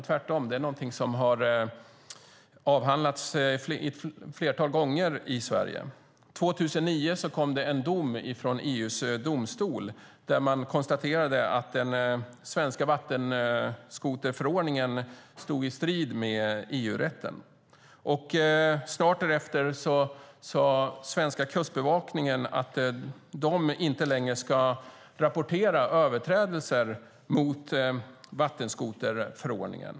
Tvärtom är detta något som har avhandlats ett flertal gånger i Sverige. År 2009 kom det en dom från EU:s domstol där man konstaterade att den svenska vattenskoterförordningen stod i strid med EU-rätten. Snart därefter sade den svenska kustbevakningen att de inte längre ska rapportera överträdelser mot vattenskoterförordningen.